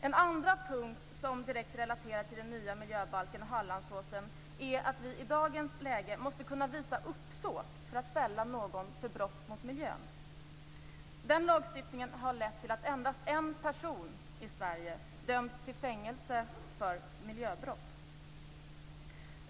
En andra punkt som direkt relaterar till den nya miljöbalken och till Hallandsåsen, är att vi i dagens läge måste kunna visa uppsåt för att fälla någon för brott mot miljön. Den lagstiftningen har lett till att endast en person i Sverige har dömts till fängelse för miljöbrott.